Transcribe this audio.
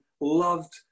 loved